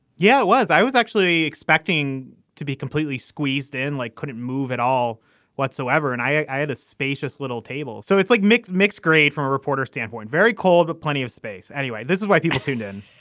yeah it was. i was actually expecting to be completely squeezed in like couldn't move at all whatsoever and i had a spacious little table. so it's like mixed mixed grade from a reporter standpoint very cold but plenty of space anyway this is why people tune in